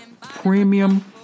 premium